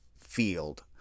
field